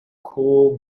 cool